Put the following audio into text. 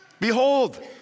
behold